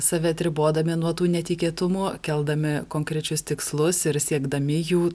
save atribodami nuo tų netikėtumų keldami konkrečius tikslus ir siekdami jų